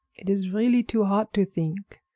it is really too hot to think,